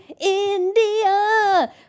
India